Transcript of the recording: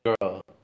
girl